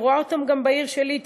אני רואה אותם גם בעיר שלי,